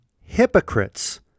hypocrites